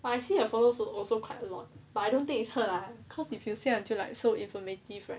but I see her photos were also quite a lot but I don't think it's her lah cause if you say until like so informative right